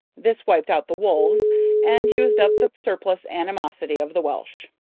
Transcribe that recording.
this wiped out the wolves and used up the surplus animosity of the welsh.